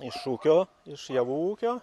iš ūkio iš javų ūkio